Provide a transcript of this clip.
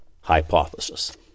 hypothesis